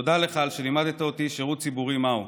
תודה לך על שלימדת אותי שירות ציבורי מה הוא,